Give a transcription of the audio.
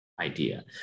idea